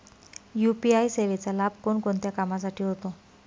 UPI सेवेचा लाभ कोणकोणत्या कामासाठी होतो?